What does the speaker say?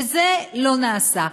וזה לא נעשה.